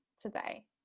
today